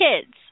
kids